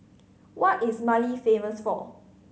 what is Mali famous for